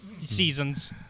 seasons